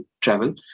travel